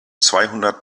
zweihundert